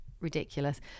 ridiculous